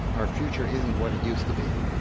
our future isn't what it used to be.